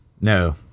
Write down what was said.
No